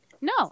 No